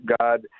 God